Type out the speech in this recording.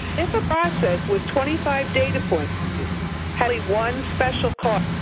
if a process with twenty five data points has only one special cause,